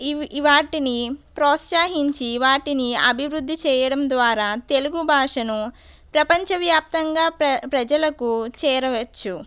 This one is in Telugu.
ఇవి వాటిని ప్రోత్సహించి వాటిని అభివృద్ధి చేయడం ద్వారా తెలుగు భాషను ప్రపంచ వ్యాప్తంగా ప్ర ప్రజలకు చేరవచ్చు